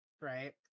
Right